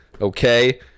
okay